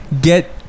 get